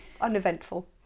uneventful